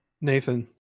Nathan